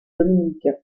dominicains